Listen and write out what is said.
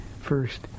first